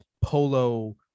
polo